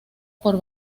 por